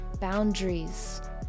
boundaries